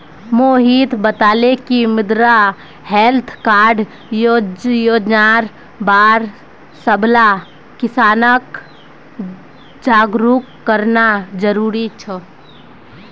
मोहित बताले कि मृदा हैल्थ कार्ड योजनार बार सबला किसानक जागरूक करना जरूरी छोक